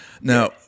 Now